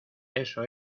eso